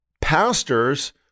pastors